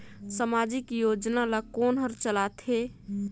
समाजिक योजना ला कोन हर चलाथ हे?